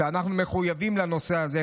שאנחנו מחויבים לנושא הזה.